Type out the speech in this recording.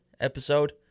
episode